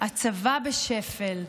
הצבא בשפל.